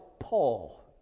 Paul